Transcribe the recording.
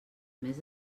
més